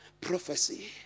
prophecy